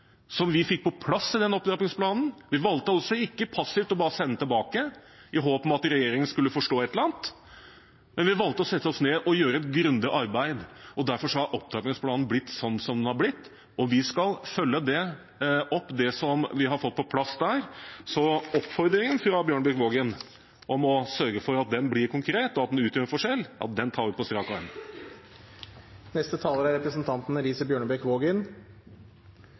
som vi fikk på plass i denne opptrappingsplanen. Vi valgte altså ikke passivt bare å sende den tilbake – i håp om at regjeringen skulle forstå et eller annet – vi valgte å sette oss ned og gjøre et grundig arbeid. Derfor har opptrappingsplanen blitt sånn som den har blitt, og vi skal følge opp det som vi har fått på plass der. Oppfordringen fra Bjørnebekk-Waagen om å sørge for at den blir konkret, og at den utgjør en forskjell, tar vi på strak